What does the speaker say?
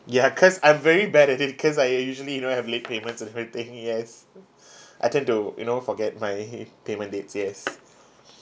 ya cause I'm very bad at it cause I usually you know have late payments everything yes I tend to you know forget my payment dates yes